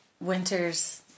winters